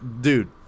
Dude